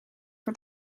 for